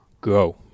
Go